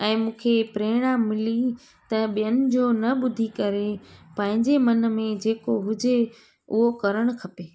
ऐं मूंखे प्रेरणा मिली त ॿियनि जो न ॿुधी करे पंहिंजे मन में जेको हुजे उहो करणु खपे